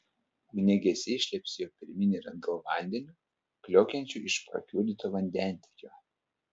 ugniagesiai šlepsėjo pirmyn ir atgal vandeniu kliokiančiu iš prakiurdyto vandentiekio